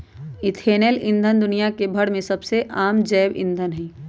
ethanol ईंधन दुनिया भर में सबसे आम जैव ईंधन हई